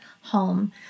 home